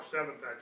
Seventh